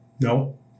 no